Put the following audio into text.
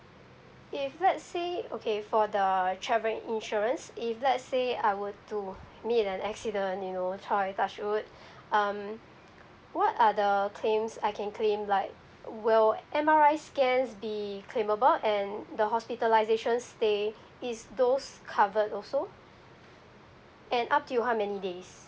if let's say okay for the travel insurance if let's say I were to meet an accident you know !choy! touch wood um what are the claims I can claim like will M_R_I scans be claimable and the hospitalisation stay is those covered also and up to how many days